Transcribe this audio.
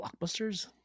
blockbusters